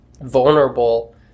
vulnerable